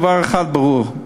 זה דבר אחד ברור,